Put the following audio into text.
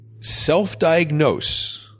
self-diagnose